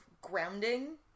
grounding